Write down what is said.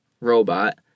robot